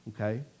okay